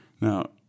Now